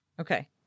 Okay